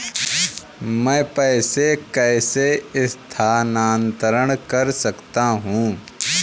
मैं पैसे कैसे स्थानांतरण कर सकता हूँ?